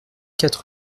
quatre